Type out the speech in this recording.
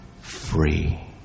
free